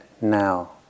Now